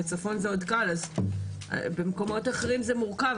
בצפון זה עוד קל, במקומות אחרים זה מורכב.